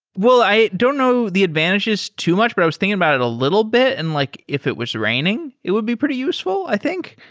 well, i don't know the advantages too much, but i was thinking about it a little bit, and like if it was raining, it will be pretty useful i think.